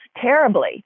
terribly